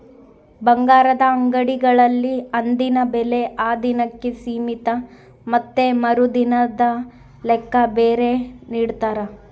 ಬಂಗಾರದ ಅಂಗಡಿಗಳಲ್ಲಿ ಅಂದಿನ ಬೆಲೆ ಆ ದಿನಕ್ಕೆ ಸೀಮಿತ ಮತ್ತೆ ಮರುದಿನದ ಲೆಕ್ಕ ಬೇರೆ ನಿಡ್ತಾರ